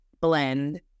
blend